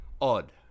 odd